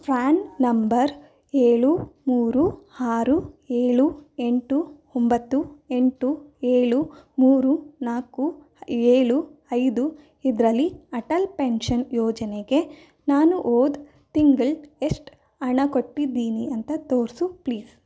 PAN number ಏಳು ಮೂರು ಆರು ಏಳು ಎಂಟು ಒಂಬತ್ತು ಎಂಟು ಏಳು ಮೂರು ನಾಲ್ಕು ಏಳು ಐದು ಇದರಲ್ಲಿ ಅಟಲ್ ಪೆನ್ಷನ್ ಯೋಜನೆಗೆ ನಾನು ಹೋದ ತಿಂಗ್ಳು ಎಷ್ಟು ಹಣ ಕೊಟ್ಟಿದ್ದೀನಿ ಅಂತ ತೋರಿಸು ಪ್ಲೀಸ್